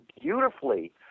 beautifully